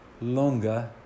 longer